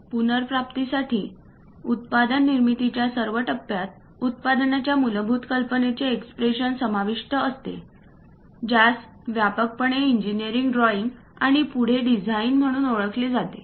पुनर्प्राप्ती साठी उत्पादन निर्मितीच्या सर्व टप्प्यांत उत्पादनाच्या मूलभूत कल्पनेचे एक्सप्रेशन समाविष्ट असते ज्यास व्यापकपणे इंजिनिअरिंग ड्रॉइंग आणि पुढे डिझाइन म्हणून ओळखले जाते